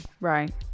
Right